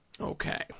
Okay